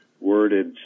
worded